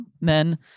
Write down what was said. men